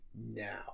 now